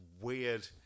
weird